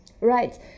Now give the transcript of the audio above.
Right